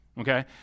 okay